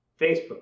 Facebook